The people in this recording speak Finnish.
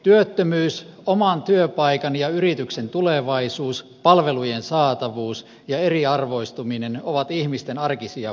työttömyys oman työpaikan ja yrityksen tulevaisuus palvelujen saatavuus ja eriarvoistuminen ovat ihmisten arkisia huolia